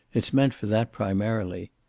it's meant for that, primarily.